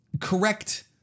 correct